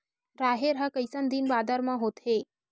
राहेर ह कइसन दिन बादर म होथे?